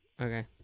Okay